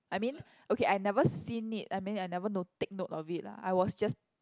I mean okay I never seen it I mean I never no~ take note of it lah I was just